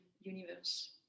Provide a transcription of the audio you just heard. universe